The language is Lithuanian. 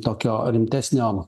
tokio rimtesnio